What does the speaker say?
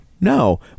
no